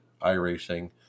iRacing